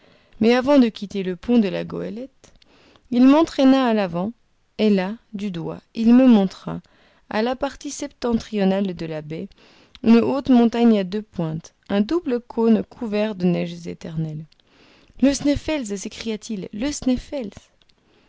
mais avant de quitter le pont de la goélette il m'entraîna à l'avant et là du doigt il me montra à la partie septentrionale de la baie une haute montagne à deux pointes un double cône couvert de neiges éternelles le sneffels s'écria-t-il le sneffels